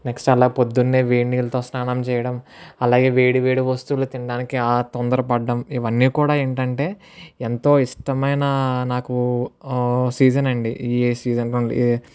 చాలా పొద్దున్నే వేడి నీళ్లతో స్నానం చేయడం అలాగే వేడి వేడి వస్తువులు తినడానికి చాలా తొందరపడటం ఇవన్నీ కూడా ఏంటంటే ఎంతో ఇష్టమైన నాకు సీజన్ అండి ఈ సీజన్